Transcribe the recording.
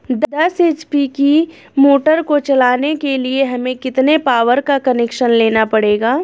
दस एच.पी की मोटर को चलाने के लिए हमें कितने पावर का कनेक्शन लेना पड़ेगा?